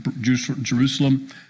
Jerusalem